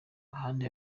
ahandi